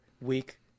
week